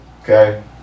okay